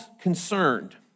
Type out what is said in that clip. concerned